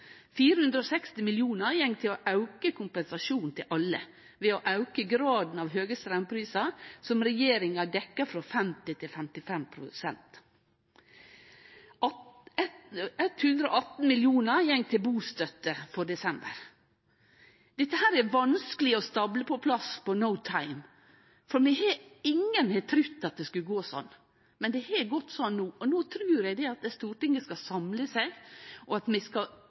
å auke kompensasjonen til alle ved å auke graden av høge straumprisar som regjeringa dekkjer, frå 50 pst. til 55 pst. 118 mill. kr går til bustøtte for desember. Dette er vanskeleg å stable på plass på «no time», for ingen hadde trudd at det skulle gå sånn, men det har gått sånn no. No trur eg Stortinget skal samle seg, og at vi skal